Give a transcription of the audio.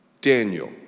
Daniel